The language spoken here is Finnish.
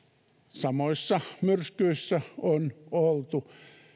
samoissa myrskyissä on oltu